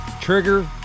trigger